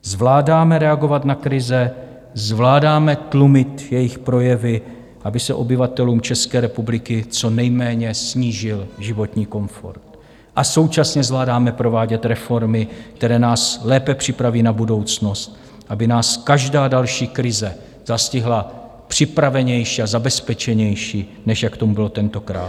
Zvládáme reagovat na krize, zvládáme tlumit jejich projevy, aby se obyvatelům České republiky co nejméně snížil životní komfort, a současně zvládáme provádět reformy, které nás lépe připraví na budoucnost, aby nás každá další krize zastihla připravenější a zabezpečenější, než jak tomu bylo tentokrát.